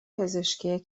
پزشکی